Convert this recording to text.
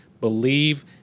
believe